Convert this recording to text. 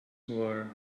were